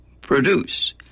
produce